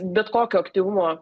bet kokio aktyvumo